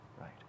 right